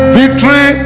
victory